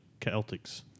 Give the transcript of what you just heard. Celtics